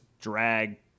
drag